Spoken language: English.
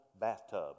bathtub